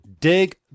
Dig